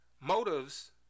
motives